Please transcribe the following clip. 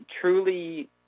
Truly